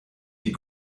die